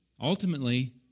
ultimately